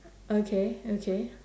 okay okay